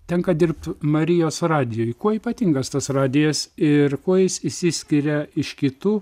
tenka dirbt marijos radijuj kuo ypatingas tas radijas ir kuo jis išsiskiria iš kitų